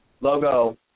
logo